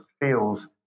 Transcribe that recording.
feels